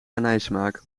anijssmaak